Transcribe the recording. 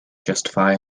justify